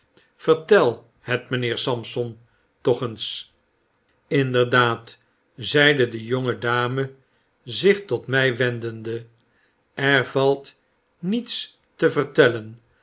het mynheer sampson toch eens inderdaad zeide de jonge dame zich tot my wendende er valt niets te vertellen